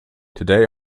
today